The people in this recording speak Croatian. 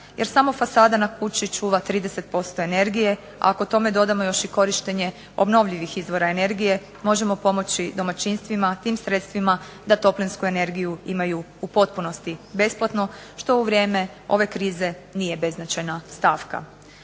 jer samo fasada na kući čuva 30% energije, a ako tome dodamo još i korištenje obnovljivih izvora energije možemo pomoći domaćinstvima tim sredstvima da toplinsku energiju imaju u potpunosti besplatno što u vrijeme ove krize nije beznačajna stavka.